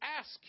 Ask